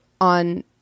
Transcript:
on